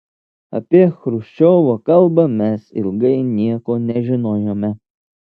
apie chruščiovo kalbą mes ilgai nieko nežinojome